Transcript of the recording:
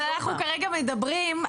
אבל אנחנו כרגע מדברים,